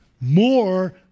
more